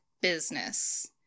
business